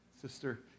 Sister